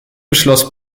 beschloss